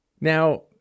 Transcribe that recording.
Now